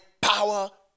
power